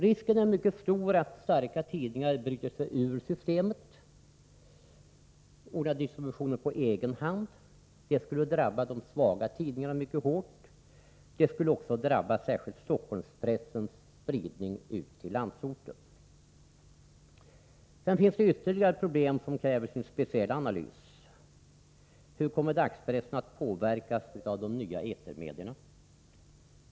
Risken att starka tidningar bryter sig ur systemet är mycket stor, och en ordning där man får ordna distributionen på egen hand skulle drabba de svaga tidningarna mycket hårt. Det skulle också försvåra särskilt Stockholmspressens spridning i landsorten. Det finns ytterligare en fråga som kräver sin speciella analys: Hur kommer dagspressen att påverkas av de nya etermedierna?